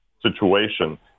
situation